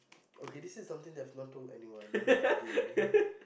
okay this is something I have not told anyone again